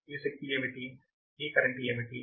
ఈ శక్తి ఏమిటి ఈ కరెంట్ ఏమిటి